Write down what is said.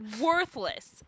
worthless